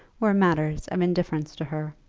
were matters of indifference to her.